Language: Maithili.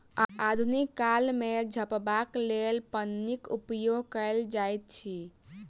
आधुनिक काल मे झपबाक लेल पन्नीक उपयोग कयल जाइत अछि